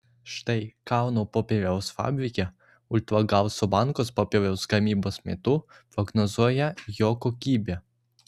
štai kauno popieriaus fabrike ultragarso bangos popieriaus gamybos metu prognozuoja jo kokybę